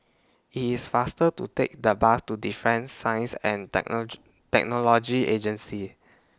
IT IS faster to Take The Bus to Defence Science and Technology Agency